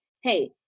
Hey